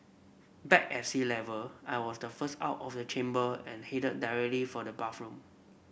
back at sea Level I was the first out of the chamber and headed directly for the bathroom